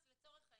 לצורך העניין,